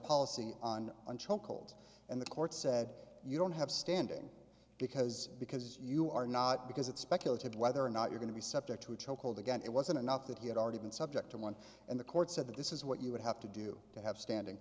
chuckled and the court said you don't have standing because because you are not because it speculative whether or not you're going to be subject to a chokehold again it wasn't enough that he had already been subject to one and the court said that this is what you would have to do to have standing